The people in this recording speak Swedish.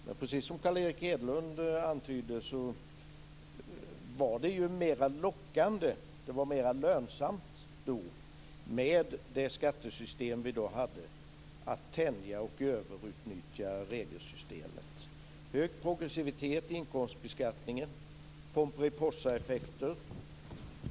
Men precis som Carl Erik Hedlund antydde så var det mer lockande och mer lönsamt då, med det skattesystem som vi hade, att tänja på och överutnyttja regelsystemet - hög progressivitet i inkomstbeskattningen och Pomperipossaeffekter.